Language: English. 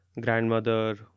grandmother